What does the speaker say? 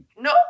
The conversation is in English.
No